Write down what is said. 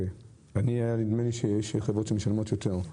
היה לי נדמה שיש חברות שמשלמות יותר.